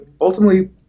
ultimately